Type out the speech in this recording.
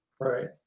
Right